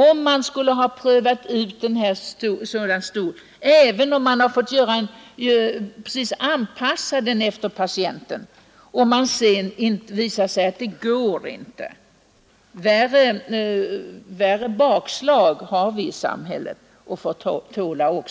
Även om man har prövat ut en sådan stol för en viss patient, och det sedan visar sig, att han inte kan använda den, blir förlusten ändå inte så stor. Värre bakslag råkar samhället ut för och får tåla.